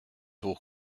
hoch